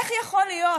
איך יכול להיות